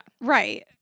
Right